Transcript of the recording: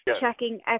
checking